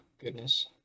goodness